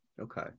Okay